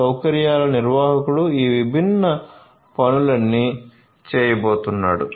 సౌకర్యాల నిర్వాహకుడు ఈ విభిన్న పనులన్నీ చేయబోతున్నాడు